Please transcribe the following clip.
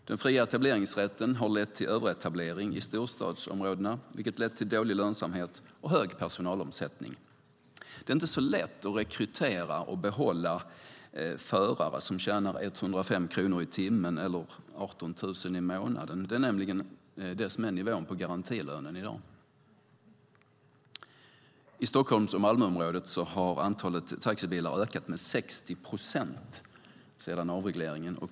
Den fria etableringsrätten har lett till överetablering i storstadsområdena, vilket har lett till dålig lönsamhet och hög personalomsättning. Det är inte så lätt att rekrytera och behålla förare som tjänar 105 kronor i timmen eller 18 000 kronor i månaden. Det är nämligen nivån på garantilönen i dag. I Stockholms och i Malmöområdet har antalet taxibilar ökat med 60 procent sedan avregleringen.